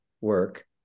work